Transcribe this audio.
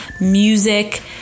music